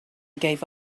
gave